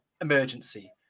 emergency